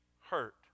hurt